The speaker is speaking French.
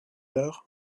heures